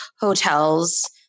hotels